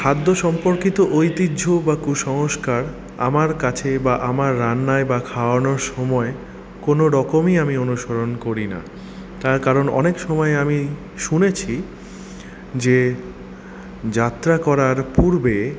খাদ্য সম্পর্কিত ঐতিহ্য বা কুসংস্কার আমার কাছে বা আমার রান্নায় বা খাওয়ানোর সময় কোনোরকমই আমি অনুসরণ করি না তার কারণ অনেক সময় আমি শুনেছি যে যাত্রা করার পূর্বে